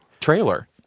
trailer